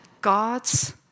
God's